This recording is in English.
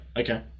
Okay